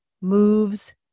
moves